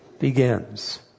begins